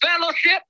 fellowship